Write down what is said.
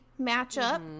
matchup